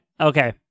Okay